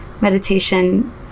meditation